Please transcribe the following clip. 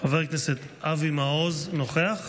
חבר הכנסת אבי מעוז, נוכח?